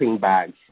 bags